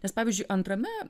nes pavyzdžiui antrame